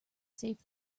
safe